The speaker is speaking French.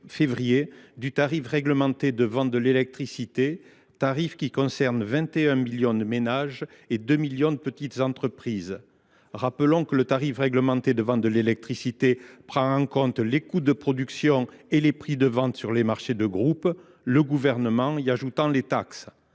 du tarif réglementé de vente de l’électricité, tarif qui concerne 21 millions de ménages et 2 millions de petites entreprises. Je rappelle que le tarif réglementé de vente de l’électricité prend en compte les coûts de production et les prix de vente sur les marchés de gros, le Gouvernement y ajoutant les taxes.